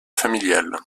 familiale